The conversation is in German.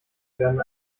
werden